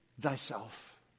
thyself